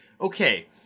okay